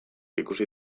ikusi